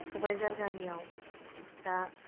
सबाइझार गामियाव दा